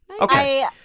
Okay